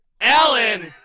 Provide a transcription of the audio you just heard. Ellen